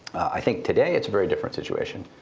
i think, today, it's a very different situation.